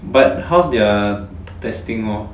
but how's their testing lor